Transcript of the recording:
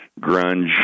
grunge